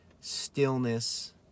stillness